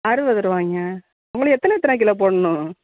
அறுபது ரூவாய்ங்க உங்களுக்கு எத்தனை எத்தனை கிலோ போடணும்